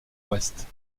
ouest